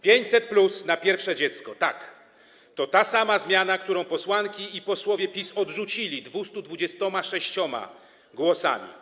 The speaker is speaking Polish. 500+ na pierwsze dziecko, tak, to ta sama zmiana, którą posłanki i posłowie PiS odrzucili 226 głosami.